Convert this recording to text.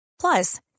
Plus